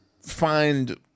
find